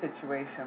situation